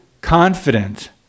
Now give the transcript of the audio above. Confident